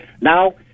Now